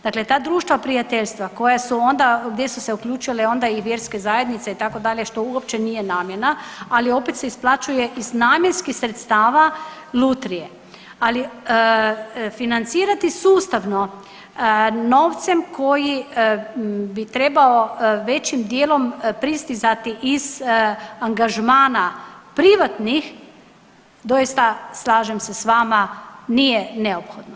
Dakle ta društva prijateljstva koja su onda, gdje su se uključile onda i vjerske zajednice itd. što uopće nije namjena, ali opet se isplaćuje iz namjenskih sredstava lutrije, ali financirati sustavno novcem koji bi trebao većim dijelom pristizati iz angažmana privatnih doista slažem se s vama nije neophodno.